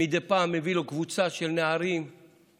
מדי פעם מביא לו של קבוצה נערים מתנדבים,